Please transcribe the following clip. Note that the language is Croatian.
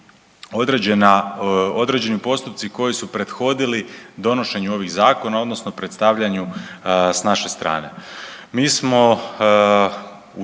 određeni postupci koji su prethodili donošenju ovih zakona odnosno predstavljanju s naše strane. Mi smo u